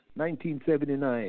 1979